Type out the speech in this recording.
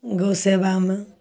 गौ सेबामे